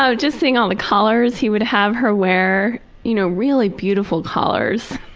ah just seeing all the collars he would have her wear you know, really beautiful collars.